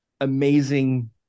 amazing